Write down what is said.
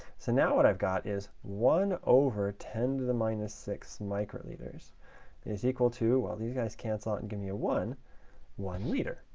so now what i've got is one over ten to the minus six microliters is equal to well, these guys cancel out and give me a one one liter,